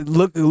look